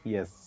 Yes